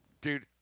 Dude